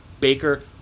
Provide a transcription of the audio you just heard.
Baker